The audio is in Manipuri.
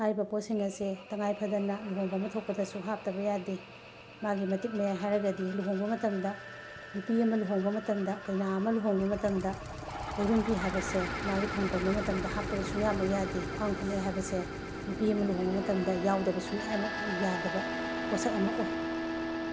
ꯍꯥꯏꯕ ꯄꯣꯠꯁꯤꯡ ꯑꯁꯦ ꯇꯉꯥꯏ ꯐꯗꯅ ꯂꯨꯍꯣꯡꯕ ꯑꯃ ꯊꯣꯛꯄꯗ ꯁꯨ ꯍꯥꯞꯇꯕ ꯌꯥꯗꯦ ꯃꯥꯒꯤ ꯃꯇꯛ ꯃꯌꯥꯏ ꯍꯥꯏꯔꯒꯗꯤ ꯂꯨꯍꯣꯡꯕ ꯃꯇꯝꯗ ꯅꯨꯄꯤ ꯑꯃ ꯂꯨꯍꯣꯡꯕ ꯃꯇꯝꯗ ꯀꯩꯅ ꯑꯃ ꯂꯨꯍꯣꯡꯕ ꯃꯇꯝꯗ ꯂꯩꯔꯨꯝ ꯐꯤ ꯍꯥꯏꯕꯁꯦ ꯃꯥꯒꯤ ꯐꯝ ꯀꯣꯟꯕ ꯃꯇꯝꯗ ꯍꯥꯞꯇꯕ ꯁꯨꯛꯌꯥꯃꯛ ꯌꯥꯗꯦ ꯈ꯭ꯋꯥꯡ ꯐꯅꯦꯛ ꯍꯥꯏꯕꯁꯦ ꯅꯨꯄꯤ ꯑꯃ ꯂꯨꯍꯣꯡꯕ ꯃꯇꯝꯗ ꯌꯥꯎꯗꯕ ꯁꯨꯛꯌꯥꯃꯛ ꯌꯥꯗꯕ ꯄꯣꯠꯁꯛ ꯑꯃ ꯑꯣꯏ